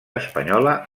espanyola